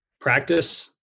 practice